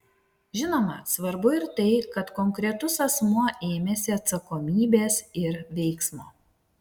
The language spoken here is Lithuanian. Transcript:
žinoma svarbu ir tai kad konkretus asmuo ėmėsi atsakomybės ir veiksmo